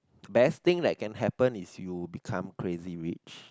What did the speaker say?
best thing that can happen is you become Crazy Rich